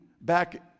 back